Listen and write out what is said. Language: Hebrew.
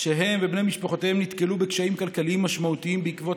שהם ובני משפחותיהם נתקלו בקשיים כלכליים משמעותיים בעקבות